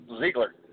Ziegler